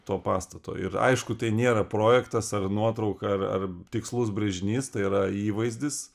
to pastato ir aišku tai nėra projektas ar nuotrauka ar ar tikslus brėžinys tai yra įvaizdis